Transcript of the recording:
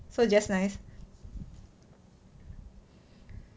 so just nice